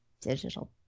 Digital